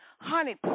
honey